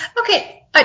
Okay